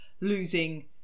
losing